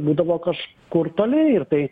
būdavo kažkur toli ir tai